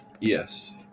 Yes